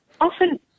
Often